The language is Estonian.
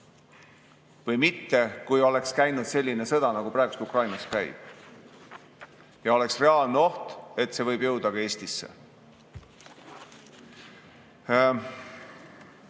või mitte, kui oleks käinud selline sõda, nagu praegu Ukrainas käib, ja oleks olnud reaalne oht, et see võib jõuda ka Eestisse.